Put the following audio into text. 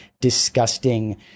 disgusting